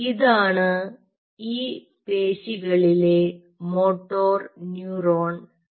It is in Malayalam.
ഇതാണ് ഈ പേശികളിലെ മോട്ടോർ ന്യൂറോൺ സിനാപ്സ്